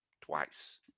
twice